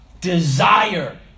desire